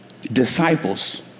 disciples